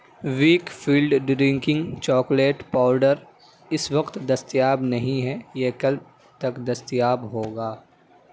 week field drinking chocolate powder اس وقت دستیاب نہیں ہیں یہ کل تک دستیاب ہوگا